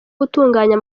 gutunganya